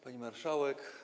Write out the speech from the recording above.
Pani Marszałek!